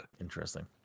Interesting